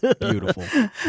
Beautiful